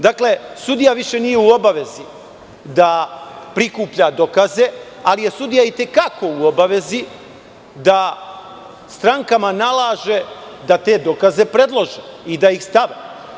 Dakle, sudija više nije u obavezi da prikuplja dokaze, ali je sudija i te kako u obavezi da strankama nalaže da te dokaze predlože i da ih stave.